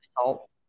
salt